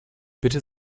bitte